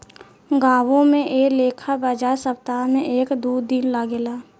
गांवो में ऐ लेखा बाजार सप्ताह में एक दू दिन लागेला